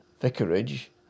vicarage